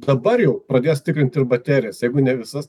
dabar jau pradės tikrint ir baterijas jeigu ne visas